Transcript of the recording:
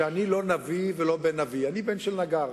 שאני לא נביא ולא בן נביא, אני בן של נגר.